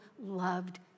loved